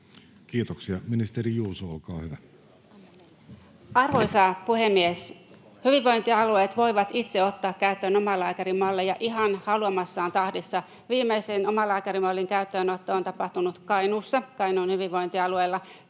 sd) Time: 16:12 Content: Arvoisa puhemies! Hyvinvointialueet voivat itse ottaa käyttöön omalääkärimalleja ihan haluamassaan tahdissa. Viimeisin omalääkärimallin käyttöönotto on tapahtunut Kainuun hyvinvointialueella,